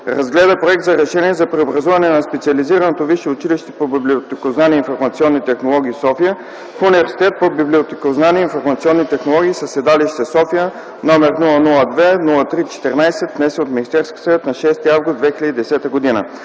разгледа Проект за решение за преобразуване на Специализираното висше училище по библиотекознание и информационни технологии – София, в Университет по библиотекознание и информационни технологии със седалище София, № 002-03-14, внесен от Министерския съвет на 06.08.2010 г.